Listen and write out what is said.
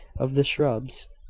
of the shrubs,